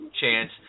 chance